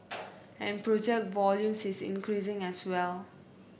and project volume is increasing as well